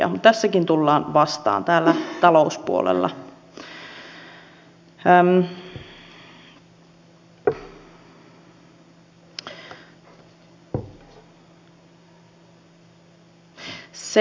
tässäkin tullaan vastaan täällä talouspuolella